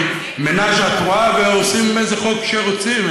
עושים מנאז' א-טרואה ועושים איזה חוק שרוצים.